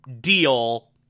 deal